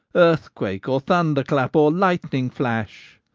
earthquake, or thunderclap, or lightning flash.